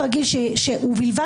ראשית, צוהריים, ושנית,